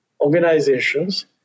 organizations